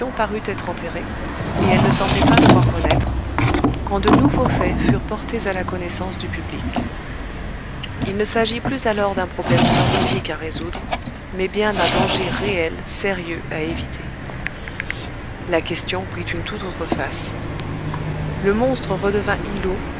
parut être enterrée et elle ne semblait pas devoir renaître quand de nouveaux faits furent portés à la connaissance du public il ne s'agit plus alors d'un problème scientifique à résoudre mais bien d'un danger réel sérieux à éviter la question prit une tout autre face le monstre redevint îlot